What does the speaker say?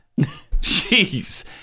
Jeez